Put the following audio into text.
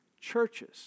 churches